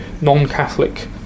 non-Catholic